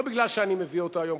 לא מפני שאני מביא אותה היום,